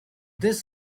this